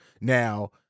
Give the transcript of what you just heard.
now